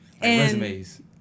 resumes